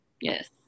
Yes